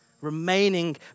remaining